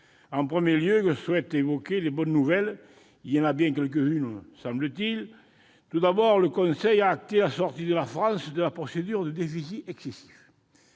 En premier lieu, je souhaite évoquer les bonnes nouvelles- il y en a bien quelques-unes, semble-t-il. Tout d'abord, le Conseil a acté la sortie de la France de la procédure de déficit excessif.